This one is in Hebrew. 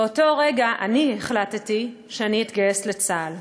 באותו רגע החלטתי שאני אתגייס לצה"ל.